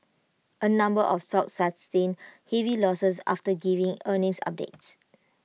A number of stocks sustained heavy losses after giving earnings updates